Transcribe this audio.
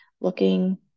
looking